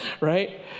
right